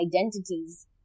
identities